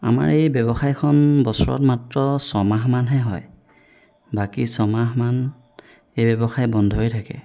আমাৰ এই ব্যৱসায়খন বছৰত মাত্ৰ ছমাহমানহে হয় বাকী ছমাহমান এই ব্যৱসায় বন্ধ হৈয়ে থাকে